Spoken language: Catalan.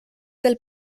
del